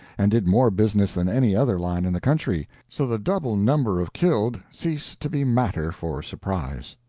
and did more business than any other line in the country so the double number of killed ceased to be matter for surprise.